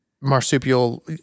marsupial